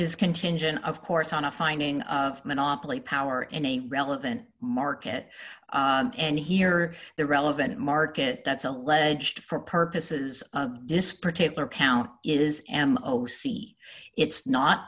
is contingent of course on a finding of monopoly power in a relevant market and here are the relevant market that's alleged for purposes of this particular count is am oh see it's not